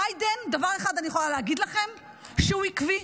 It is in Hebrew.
ביידן, דבר אחד אני יכולה להגיד לכם, שהוא עקבי.